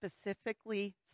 specifically